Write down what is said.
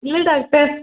இல்லை டாக்டர்